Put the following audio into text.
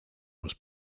was